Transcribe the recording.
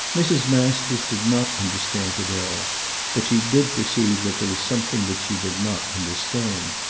mrs. masters did not understand it at all but she did perceive that there was something which she did not understand.